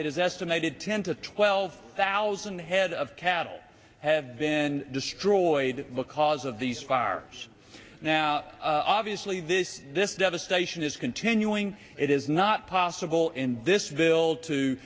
is estimated ten to twelve thousand head of cattle have been destroyed because of these far now obviously this this devastation is continuing it is not possible in this bill to